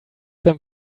them